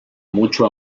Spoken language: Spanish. mucho